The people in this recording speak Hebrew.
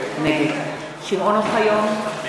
נגד שמעון אוחיון,